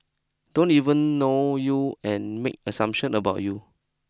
don't even know you and make assumptions about you